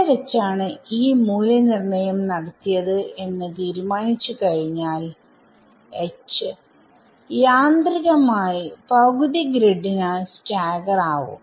എവിടെ വെച്ചാണ് E മൂല്യനിർണ്ണയം നടത്തിയത് എന്ന് തീരുമാനിച്ചു കഴിഞ്ഞാൽ H യന്ത്രികമായി പകുതി ഗ്രിഡിനാൽ സ്റ്റാഗർ ആവും